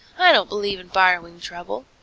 i don't believe in borrowing trouble.